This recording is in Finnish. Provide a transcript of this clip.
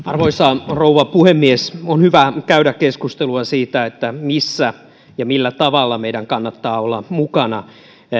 arvoisa rouva puhemies on hyvä käydä keskustelua siitä missä ja millä tavalla meidän kannattaa olla mukana